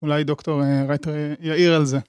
אולי דוקטור רייטר יעיר על זה